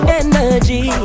energy